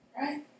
Right